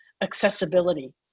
accessibility